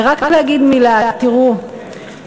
ורק להגיד מילה: תראו,